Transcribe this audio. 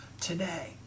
today